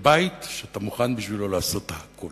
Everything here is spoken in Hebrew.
שאתה מוכן בשבילו לעשות הכול